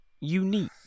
unique